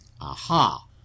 Aha